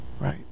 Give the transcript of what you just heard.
right